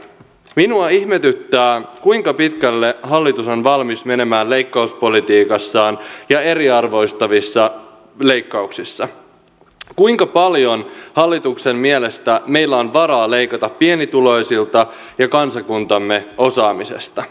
minua ihmetyttää kuinka pitkälle hallitus on valmis menemään leikkauspolitiikassaan ja eriarvoistavissa leikkauksissa kuinka paljon hallituksen mielestä meillä on varaa leikata pienituloisilta ja kansakuntamme osaamisesta